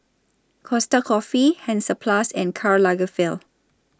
Costa Coffee Hansaplast and Karl Lagerfeld